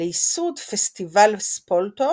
לייסוד "פסטיבל ספולטו